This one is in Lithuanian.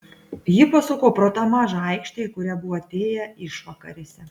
ji pasuko pro tą mažą aikštę į kurią buvo atėję išvakarėse